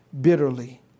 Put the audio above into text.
bitterly